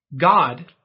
God